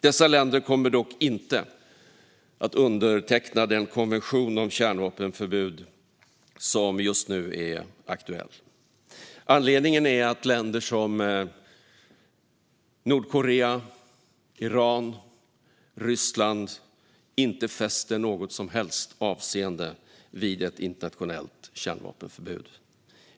Dessa länder kommer dock inte att underteckna den konvention om kärnvapenförbud som just nu är aktuell. Anledningen är att länder som Nordkorea, Iran och Ryssland inte fäster något som helst avseende vid ett internationellt kärnvapenförbud.